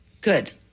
Good